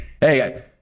Hey